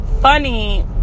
funny